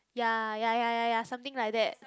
ya ya ya ya ya something like that